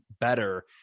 better